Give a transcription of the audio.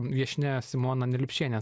viešnia simona neliupšienė